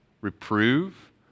Reprove